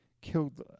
killed